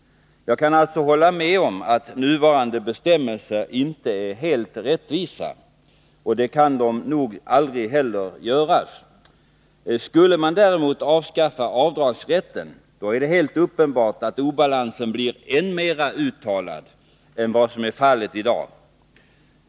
Jag kan alltså hålla med om att nuvarande bestämmelser inte är helt rättvisa, och det kommer de nog aldrig heller att kunna bli. Skulle man däremot avskaffa avdragsrätten är det helt uppenbart att obalansen blir än mera uttalad än vad som är fallet i dag.